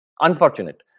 Unfortunate